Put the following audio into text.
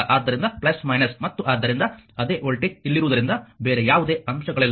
ಆದ್ದರಿಂದ ಮತ್ತು ಆದ್ದರಿಂದ ಅದೇ ವೋಲ್ಟೇಜ್ ಇಲ್ಲಿರುವುದರಿಂದ ಬೇರೆ ಯಾವುದೇ ಅಂಶಗಳಿಲ್ಲ